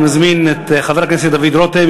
אני מזמין את חבר הכנסת דוד רותם,